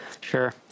Sure